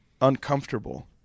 uncomfortable